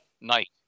Night